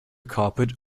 carpet